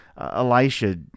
Elisha